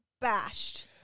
bashed